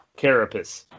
carapace